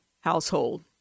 household